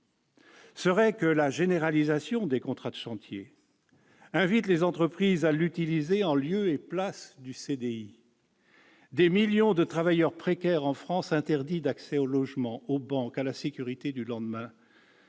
l'idée que la généralisation des contrats de chantier invite les entreprises à l'utiliser en lieu et place du CDI : des millions de travailleurs précaires en France seraient alors privés d'accès au logement, aux banques, bref, de la sécurité du lendemain.